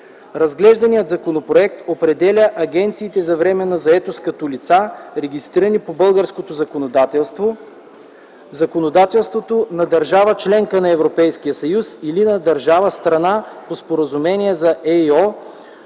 Разглежданият законопроект определя агенциите за временна заетост като лица, регистрирани по българското законодателство, законодателството на държава-членка на ЕС или на държава-страна по споразумението за ЕИО,